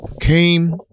came